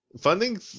Funding